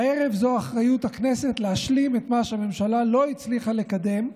והערב זו אחריות הכנסת להשלים את מה שהממשלה לא הצליחה לקדם,